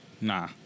nah